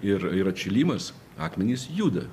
ir ir atšilimas akmenys juda